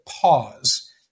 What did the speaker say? pause